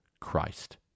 Christ